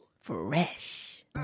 fresh